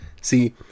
See